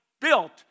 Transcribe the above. built